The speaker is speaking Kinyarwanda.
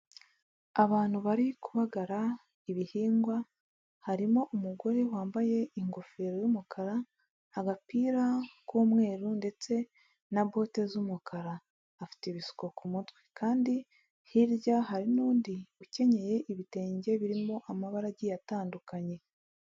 Abantu bari kubagara ibihingwa, harimo umugore wambaye ingofero y'umukara, agapira k'umweru, ndetse na bote z'umukara. Afite ibisuko ku mutwe, Kandi hirya hari n'undi ukenyeye ibitenge birimo amabara agiye atandukanye.